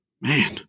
man